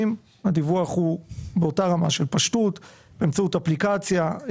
והדיווח הוא באותה רמת הפשטות, באמצעות אפליקציה.